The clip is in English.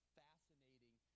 fascinating